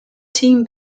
team